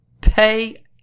pay